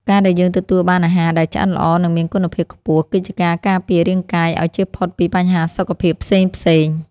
ការដែលយើងទទួលបានអាហារដែលឆ្អិនល្អនិងមានគុណភាពខ្ពស់គឺជាការការពាររាងកាយឱ្យជៀសផុតពីបញ្ហាសុខភាពផ្សេងៗ។